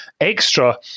extra